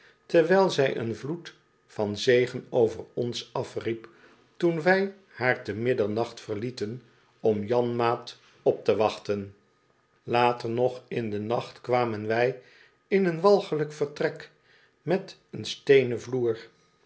terwijl zij een vloed van zegen over ons afriep toen wij haar te middernacht verlieten om janmaat op te wachten later nog in den nacht kwamen wij in een walglijk vertrek met een steenen vloer